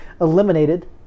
eliminated